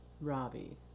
Robbie